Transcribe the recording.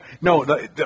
no